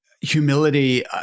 humility